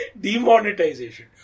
Demonetization